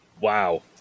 Wow